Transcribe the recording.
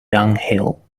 dunghill